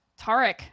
Tarek